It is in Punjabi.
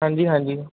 ਹਾਂਜੀ ਹਾਂਜੀ